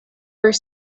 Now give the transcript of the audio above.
were